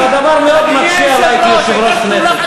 אז הדבר מקשה מאוד עלי כיושב-ראש הכנסת.